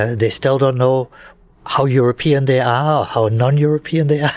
ah they still don't know how european they are, how non european they are.